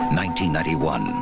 1991